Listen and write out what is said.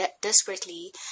desperately